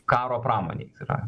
karo pramonei yra